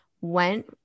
went